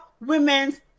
Women's